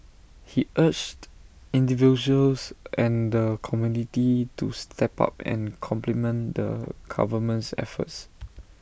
he urged individuals and the community to step up and complement the government's efforts